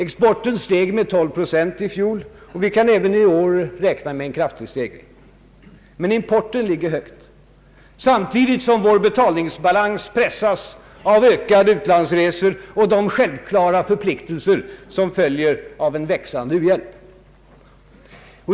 Exporten steg med 12 procent i fjol, och vi kan även i år räkna med en kraftig stegring. Men importen ligger högt, samtidigt som vår betalningsbalans pressas av ökade utlandsresor och de självklara förpliktelser som följer av en växande u-hjälp.